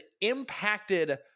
impacted